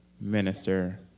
Minister